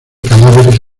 cadáveres